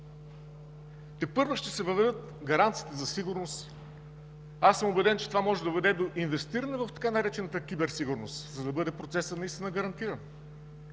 Тепърва ще се въведат гаранциите за сигурност. Убеден съм, че това може да доведе до инвестиране в така наречената „киберсигурност”, за да бъде процесът наистина гарантиран.